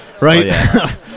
Right